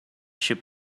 should